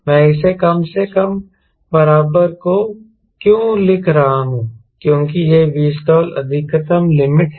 मैं इसे कम के बराबर क्यों लिख रहा हूं क्योंकि यह Vstall अधिकतम लिमिट है